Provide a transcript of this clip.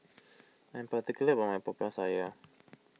I'm particular about my Popiah Sayur